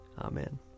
Amen